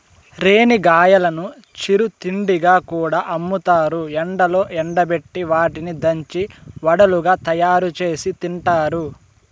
రేణిగాయాలను చిరు తిండిగా కూడా అమ్ముతారు, ఎండలో ఎండబెట్టి వాటిని దంచి వడలుగా తయారుచేసి తింటారు